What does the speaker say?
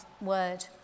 word